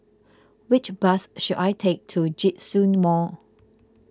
which bus should I take to Djitsun Mall